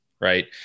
Right